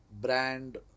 brand